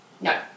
no